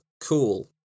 cool